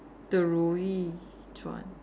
the 如懿传